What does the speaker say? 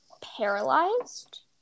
paralyzed